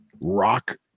rock